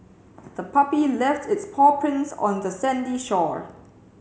the puppy left its paw prints on the sandy shore